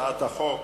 הצעת חוק